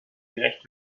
gerecht